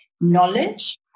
knowledge